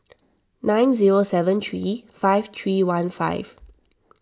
nine zero seven three five three one five